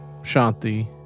Shanti